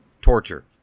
Torture